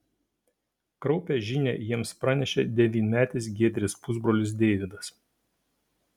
kraupią žinią jiems pranešė devynmetis giedrės pusbrolis deividas